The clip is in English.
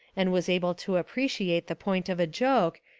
and was able to appreciate the point of a joke,